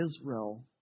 Israel